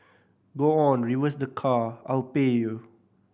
go on reverse the car I'll pay you